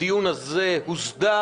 הדיון הזה הוסדר,